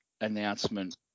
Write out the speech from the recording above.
announcement